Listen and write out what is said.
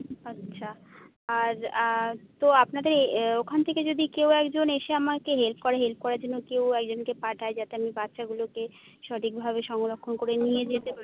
আচ্ছা আর আর তো আপনাদের ওখান থেকে যদি কেউ একজন এসে আমাকে হেল্প করে হেল্প করার জন্য কেউ একজনকে পাঠায় যাতে আমি বাচ্চাগুলোকে সঠিকভাবে সংরক্ষণ করে নিয়ে যেতে পারি